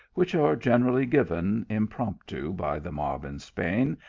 which are generally given impromptu, by the mob in spain,